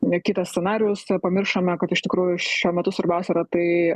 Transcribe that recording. ne kitas scenarijus pamiršome kad iš tikrųjų šiuo metu svarbiausia yra tai